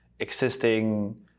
existing